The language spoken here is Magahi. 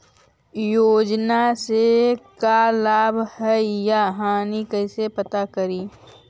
योजना से का लाभ है या हानि कैसे पता करी?